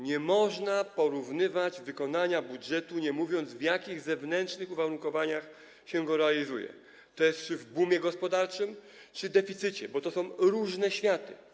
Nie można porównywać wykonania budżetu, nie mówiąc, w jakich zewnętrznych uwarunkowaniach się go realizuje, tj. czy w bumie gospodarczym czy deficycie, bo to są różne światy.